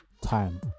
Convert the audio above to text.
time